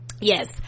Yes